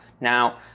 Now